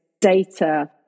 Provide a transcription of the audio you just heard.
data